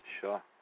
Sure